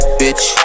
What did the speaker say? bitch